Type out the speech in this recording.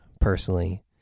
personally